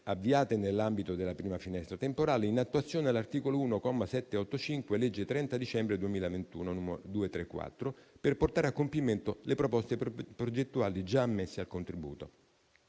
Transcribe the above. avviate nell'ambito della prima finestra temporale in attuazione dell'articolo 1, comma 785, della legge 30 dicembre 2021, n. 234, per portare a compimento le proposte progettuali già ammesse al contributo.